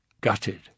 gutted